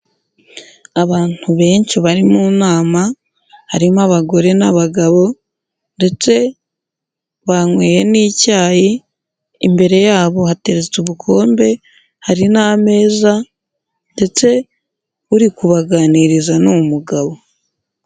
Abantu benshi bari mu nama, harimo abagore, n'abagabo, ndetse banyweye n'icyayi, imbere yabo hateretse ubukombe, hari n'ameza, ndetse uri kubaganiriza ni umugabo.